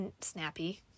snappy